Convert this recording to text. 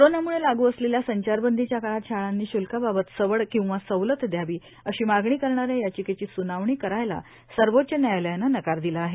कोरोनाम्ळे लागू असलेल्या संचारबंदीच्या काळात शाळांनी श्ल्काबाबत सवड किंवा सवलत द्यावी अशी मागणी करणाऱ्या याचिकेची स्नावणी करायला सर्वोच्च न्यायालयानं नकार दिला आहे